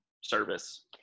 service